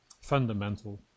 fundamental